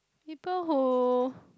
people who